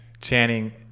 Channing